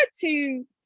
to-